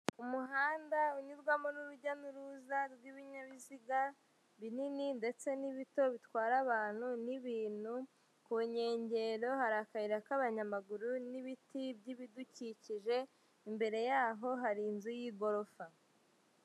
Umuhanda unyurwamo n'urujya n'uruza rw'ibinyabiziga binini ndetse n'ibito bitwara abantu n'ibintu ku nkengero hari akayira k'abanyamaguru n'ibiti by'ibidukikije imbere yaho hari inzu y'igorofa.